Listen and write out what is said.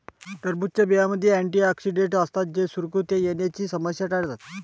टरबूजच्या बियांमध्ये अँटिऑक्सिडेंट असतात जे सुरकुत्या येण्याची समस्या टाळतात